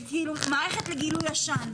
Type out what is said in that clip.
כאילו, מערכת לגילוי עשן.